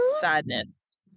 sadness